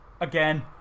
again